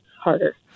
harder